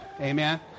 Amen